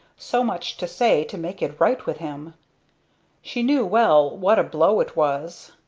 so much to say to make it right with him she knew well what a blow it was.